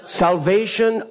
salvation